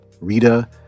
Rita